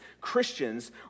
Christians